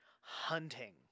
hunting